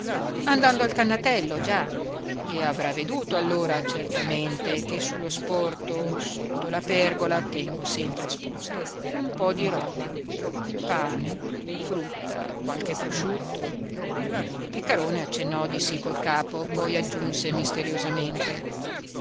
andando al cannatello già e avrà veduto allora certamente che su lo sporto sotto la pergola tengo sempre esposta un po di roba pane frutta qualche presciutto piccarone accennò di sì col capo poi aggiunse misteriosamente